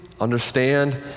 understand